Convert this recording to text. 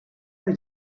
are